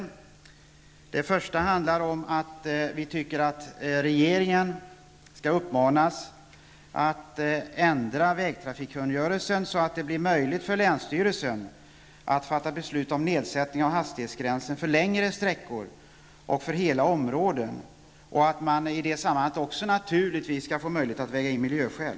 I det första uppmanas regeringen att ändra vägtrafikkungörelsen så att det blir möjligt för länsstyrelsen att fatta beslut om nedsättning av hastighetsgränsen för längre sträckor och för hela områden. I det sammanhanget skall det naturligtvis bli möjligt att väga in miljöskäl.